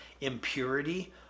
impurity